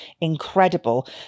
incredible